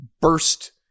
burst